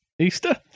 Easter